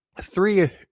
three